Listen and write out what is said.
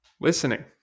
listening